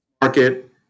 market